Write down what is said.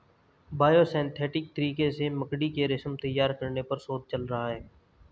biosynthetic तरीके से मकड़ी के रेशम तैयार करने पर शोध चल रहा है